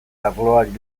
arloari